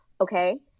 Okay